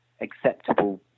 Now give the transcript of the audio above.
acceptable